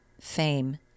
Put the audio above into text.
fame